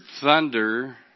thunder